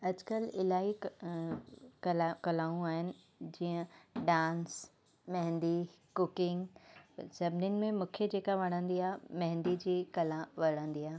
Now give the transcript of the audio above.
अॼुकल्ह इलाही क कला कलाऊं आहिनि जीअं डांस मेहंदी कुकिंग सभिनीनि में मूंखे जेका वणंदी आहे मेहंदी जी कला वणंदी आहे